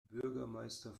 bürgermeister